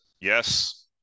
Yes